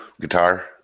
guitar